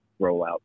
rollout